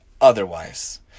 Otherwise